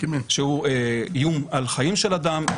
שהוא איום על חיים של אדם,